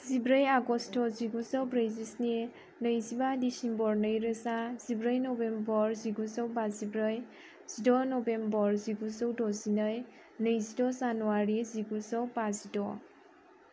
जिब्रै आगस्त' जिगुजौ ब्रैजिस्नि नैजिबा डिसेम्बर नैरोजा जिब्रै नभेम्बर जिगुजौ बाजिब्रै जिद' नभेम्बर जिगुजौ द'जिनै नैजिद' जानुवारि जिगुजौ बाजिद'